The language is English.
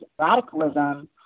radicalism